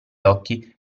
occhi